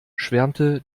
schwärmte